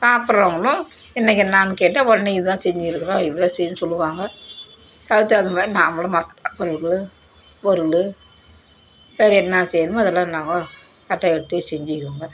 சாப்பிட்றவங்களும் இன்றைக்கி என்னென்னு கேட்டால் உடனே இதுதான் செஞ்சுருக்குறோம் இதுதான் செய்யுன்னு சொல்லுவாங்க அதுக்கு தகுந்த மாதிரி நாம்ளும் பொரியல் பொருள் வேறு என்ன செய்யணுமோ அதெல்லாம் நாங்க அதை எடுத்து செஞ்சுருவோங்க